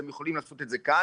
והם יכולים לעשות את זה כאן.